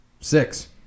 six